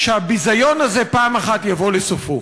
שהביזיון הזה פעם אחת יבוא לסופו.